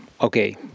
okay